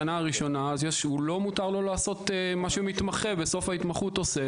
לה פיקוח צמוד ומישהו אחד נתן את ההרשאה ומישהו אחר משגיח בפועל